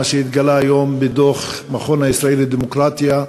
מה שהתגלה היום בדוח המכון הישראלי לדמוקרטיה,